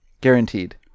guaranteed